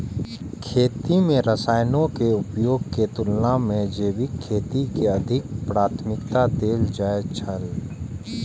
खेती में रसायनों के उपयोग के तुलना में जैविक खेती के अधिक प्राथमिकता देल जाय छला